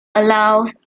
allows